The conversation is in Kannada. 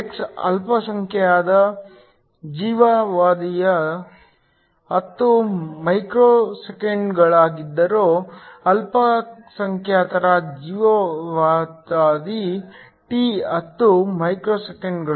X ಅಲ್ಪಸಂಖ್ಯಾತರ ಜೀವಿತಾವಧಿಯು 10 ಮೈಕ್ರೋಸೆಕೆಂಡುಗಳಾಗಿದ್ದರೆ ಅಲ್ಪಸಂಖ್ಯಾತರ ಜೀವಿತಾವಧಿ t 10 ಮೈಕ್ರೋಸೆಕೆಂಡುಗಳು